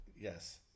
yes